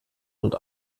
und